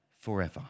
forever